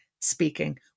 speaking